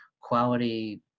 quality